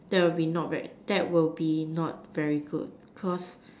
that will be not very that will be not very good cause